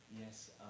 Yes